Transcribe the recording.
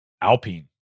Alpine